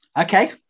Okay